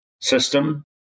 system